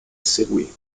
seguì